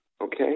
Okay